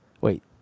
wait